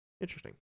Interesting